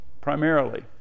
Primarily